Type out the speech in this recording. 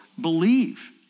believe